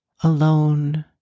alone